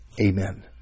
Amen